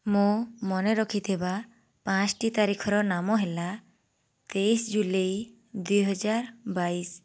ମୁଁ ମନେ ରଖିଥିବା ପାଞ୍ଚୋଟି ତାରିଖର ନାମ ହେଲା ତେଇଶ ଜୁଲାଇ ଦୁଇହଜାର ବାଇଶ